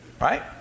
Right